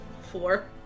Four